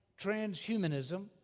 transhumanism